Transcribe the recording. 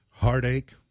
Heartache